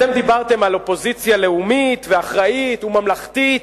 אתם דיברתם על אופוזיציה לאומית ואחראית וממלכתית.